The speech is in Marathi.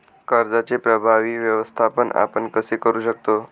कर्जाचे प्रभावी व्यवस्थापन आपण कसे करु शकतो?